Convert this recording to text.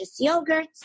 yogurts